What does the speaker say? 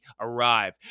arrive